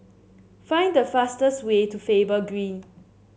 find the fastest way to Faber Green